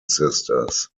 sisters